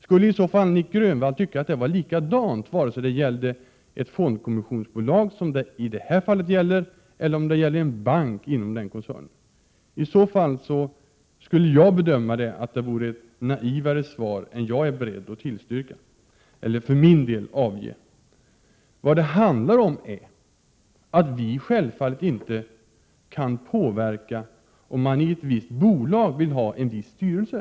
Skulle Nic Grönvall svara att det var likadant vare sig det, som i detta fall, gällde ett fondkommissionsbolag eller om det gällde en bank inom den koncernen. Ett sådant svar skulle jag bedöma som naivare än det svar jag för min del skulle vara beredd att avge. Vi kan självfallet inte utöva någon påverkan om man i ett bolag vill ha en viss styrelse.